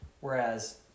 Whereas